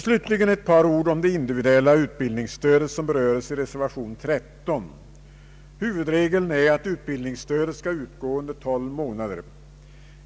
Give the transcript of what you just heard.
Slutligen ett par ord om det individuella utbildningsstödet som berörs i reservation 13. Huvudregeln är att utbildningsstödet skall utgå under tolv månader.